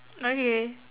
okay